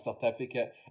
certificate